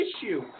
issue